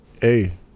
hey